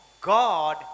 God